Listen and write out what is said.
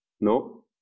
No